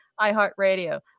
iHeartRadio